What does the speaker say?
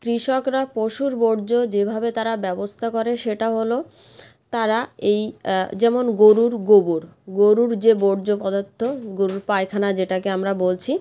কৃষকরা পশুর বর্জ্য যেভাবে তারা ব্যবস্থা করে সেটা হলো তারা এই যেমন গোরুর গোবর গোরুর যে বর্জ্য পদার্থ গোরুর পায়খানা যেটাকে আমরা বলছি